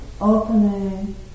opening